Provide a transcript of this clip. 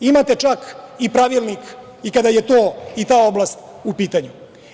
Imate čak i pravilnik i kada je i ta oblast u pitanju.